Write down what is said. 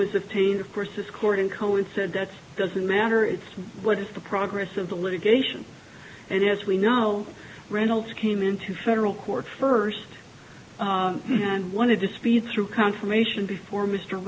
was of taint of course this court in cohen said that's doesn't matter it's what is the progress of the litigation and as we know reynolds came into federal court first and wanted to speed through confirmation before mr